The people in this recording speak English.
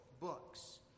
books